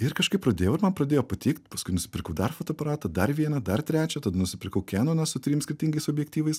ir kažkaip pradėjau ir man pradėjo patikt paskui nusipirkau dar fotoaparatą dar vieną dar trečią tada nusipirkau kenoną su trim skirtingais objektyvais